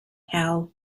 hal